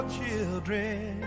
children